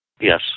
Yes